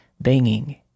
banging